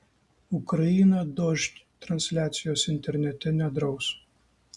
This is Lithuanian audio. ukraina dožd transliacijos internete nedraus